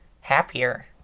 happier